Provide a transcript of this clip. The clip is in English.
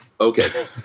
Okay